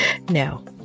No